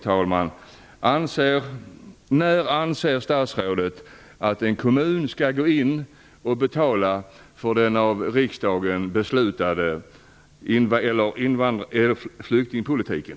Till sist: När anser statsrådet att en kommun skall gå in och betala för den av riksdagen beslutade flyktingpolitiken?